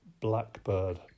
blackbird